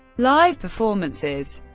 live performances